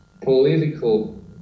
political